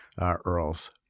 Earl's